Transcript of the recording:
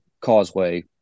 causeway